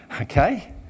Okay